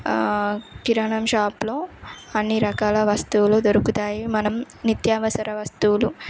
కిరాణం షాప్లో అన్ని రకాల వస్తువులు దొరుకుతాయి మనం నిత్యావసర వస్తువులు